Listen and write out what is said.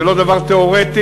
זה לא דבר תיאורטי.